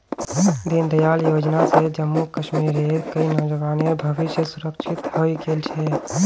दीनदयाल योजना स जम्मू कश्मीरेर कई नौजवानेर भविष्य सुरक्षित हइ गेल छ